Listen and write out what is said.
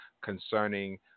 concerning